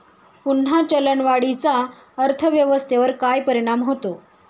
पुन्हा चलनवाढीचा अर्थव्यवस्थेवर काय परिणाम होतो